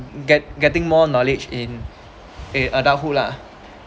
get getting more knowledge in )uh) adulthood lah